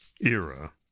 era